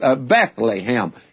Bethlehem